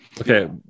okay